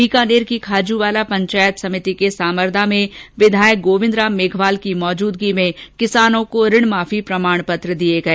बीकानेर की खाजूवाला पंचायत के सामरदा में विधायक गोविंद राम मेघवाल की मौजूदगी में किसानों को ऋण माफी प्रमाण पत्र दिए गए